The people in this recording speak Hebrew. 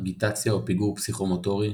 אגיטציה\פיגור פסיכו-מוטורי,